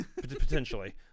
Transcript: Potentially